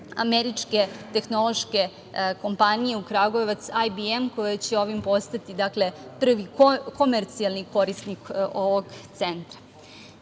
američke tehnološke kompanije u Kragujevac „ABM“ koja će ovim postati, dakle prvi komercijalni korisnik ovog centra. Slažem